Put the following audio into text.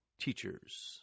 teachers –